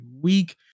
week